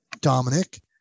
Dominic